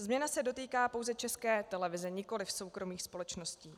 Změna se dotýká pouze České televize, nikoliv soukromých společností.